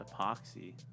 epoxy